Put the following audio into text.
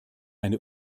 eine